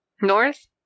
north